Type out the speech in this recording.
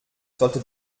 sollte